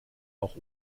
auch